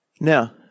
Now